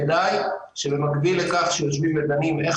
כדאי שבמקביל לכך שיושבים ודנים איך